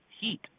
heat